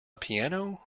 piano